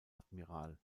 admiral